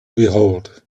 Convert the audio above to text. behold